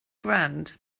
grant